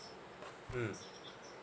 mm